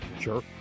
Sure